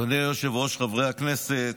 אדוני היושב-ראש, חברי הכנסת,